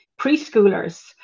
preschoolers